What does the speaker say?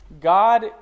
God